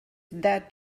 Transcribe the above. that